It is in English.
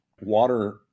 Water